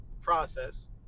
process